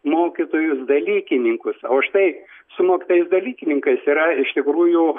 mokytojus dalykininkus o štai su mokytojais dalykininkais yra iš tikrųjų